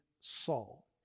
Saul